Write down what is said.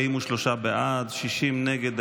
43 בעד, 60 נגד.